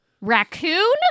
Raccoon